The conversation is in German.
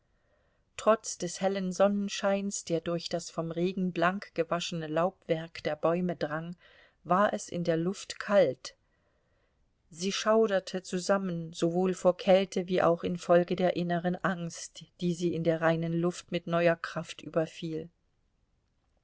trotz des hellen sonnenscheins der durch das vom regen blank gewaschene laubwerk der bäume drang war es in der luft kalt sie schauderte zusammen sowohl vor kälte wie auch infolge der inneren angst die sie in der reinen luft mit neuer kraft überfiel